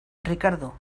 ricardo